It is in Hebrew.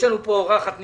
יש לנו פה אורחת נכבדה,